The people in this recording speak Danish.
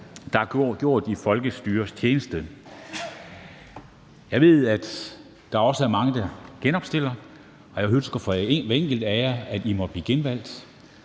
der er gjort i folkestyrets tjeneste. Jeg ved også, at der er mange, der genopstiller, og jeg ønsker for hver enkelt af jer, at I må blive genvalgt.